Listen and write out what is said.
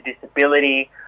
disability